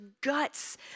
guts